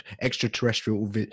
extraterrestrial